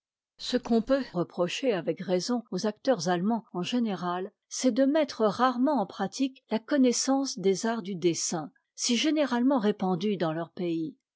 ce qu'on peut reprocher avec raison aux acteurs allemands en général c'est de mettre rarement en pratique la connaissance des arts du dessin si généralement répandue dans leur pays